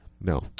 No